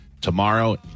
Tomorrow